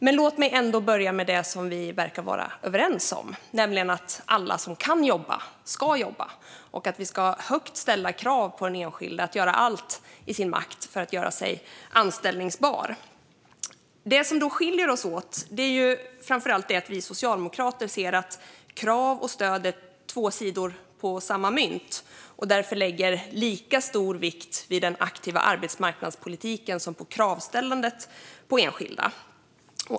Men låt mig ändå börja med det som vi verkar vara överens om, nämligen att alla som kan jobba ska jobba och att vi ska ha högt ställda krav på den enskilde att göra allt i sin makt för att göra sig anställbar. Det som skiljer oss åt är att vi socialdemokrater ser att krav och stöd är två sidor av samma mynt och därför lägger lika stor vikt vid den aktiva arbetsmarknadspolitiken som vid kravställandet på enskilda.